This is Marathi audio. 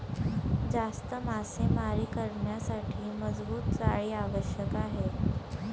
जास्त मासेमारी करण्यासाठी मजबूत जाळी आवश्यक आहे